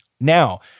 Now